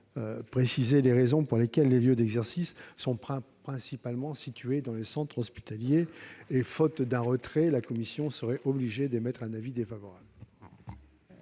préciser les raisons pour lesquelles les lieux d'exercice sont principalement situés dans des centres hospitaliers. Faute d'un retrait, la commission serait obligée d'émettre un avis défavorable